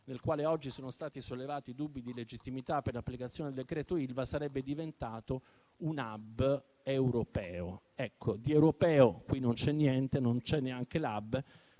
sul quale oggi sono stati sollevati dei dubbi di legittimità per l'applicazione del decreto Ilva, sarebbe diventato un *hub* europeo. Di europeo qui non c'è niente, non c'è neanche l'*hub*,